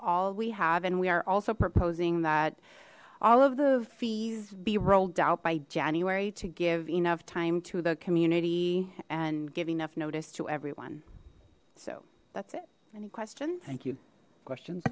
all we have and we are also proposing that all of the fees be rolled out by january to give enough time to the community and give enough notice to everyone so that's it any questions thank you questions